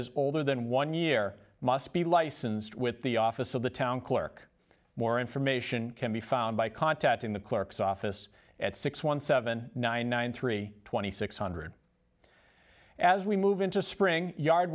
is older than one year must be licensed with the office of the town clerk more information can be found by contacting the clerk's office at six one seven nine nine three twenty six hundred as we move into spring yard